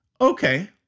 Okay